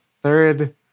third